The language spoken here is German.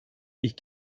ich